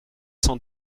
cent